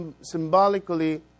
Symbolically